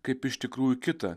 kaip iš tikrųjų kita